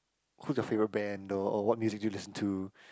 who's your favourite band or or what music do you listen to